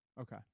okay